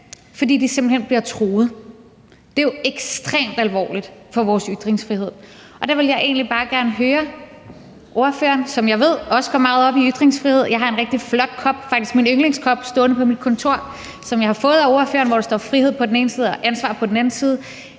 fordi de simpelt hen bliver truet. Det er jo ekstremt alvorligt for vores ytringsfrihed. Jeg vil egentlig bare gerne høre ordføreren, som jeg ved også går meget op i ytringsfrihed – jeg har faktisk en rigtig flot kop, faktisk min yndlingskop, stående på mit kontor, som jeg har fået af ordføreren, hvor der står »frihed« på den ene side og »ansvar« på den anden side